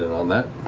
and on that.